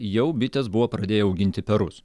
jau bitės buvo pradėję auginti perus